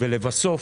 ולבסוף,